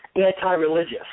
anti-religious